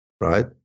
right